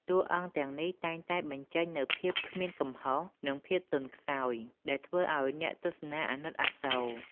តួអង្គទាំងនេះតែងតែបញ្ចេញនូវភាពគ្មានកំហុស និងភាពទន់ខ្សោយ ដែលធ្វើឲ្យអ្នកទស្សនាអាណិតអាសូរ។